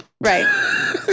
Right